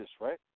right